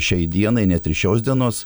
šiai dienai net ir šios dienos